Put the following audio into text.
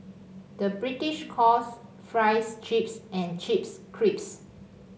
the British calls fries chips and chips crisps